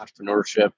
entrepreneurship